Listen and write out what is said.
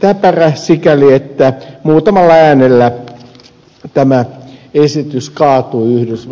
täpärä sikäli että muutamalla äänellä tämä esitys kaatui yhdysvalloissa